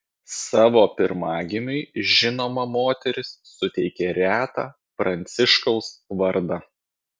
savo pirmagimiui žinoma moteris suteikė retą pranciškaus vardą